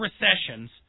recessions